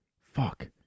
Fuck